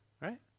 Right